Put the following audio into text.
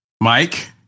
Mike